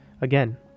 again